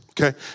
Okay